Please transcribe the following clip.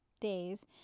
days